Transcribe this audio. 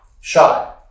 shy